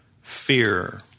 fear